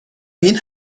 بین